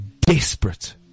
desperate